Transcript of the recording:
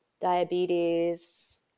diabetes